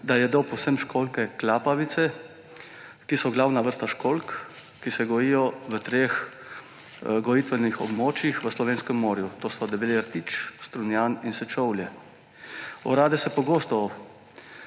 jedo predvsem školjke klapavice, ki so glavna vrst školjk, ki se gojijo v treh gojitvenih območjih v slovenskem morju. To so Debeli rtič, Strunjan in Sečovlje. Orade se pogosto